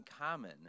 uncommon